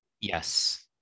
Yes